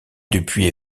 depuis